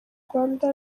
rwanda